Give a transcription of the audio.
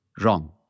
Wrong